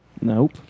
Nope